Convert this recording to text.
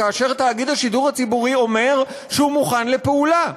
כאשר תאגיד השידור הציבורי אומר שהוא מוכן לפעולה?